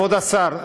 כבוד השר,